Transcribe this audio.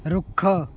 ਰੁੱਖ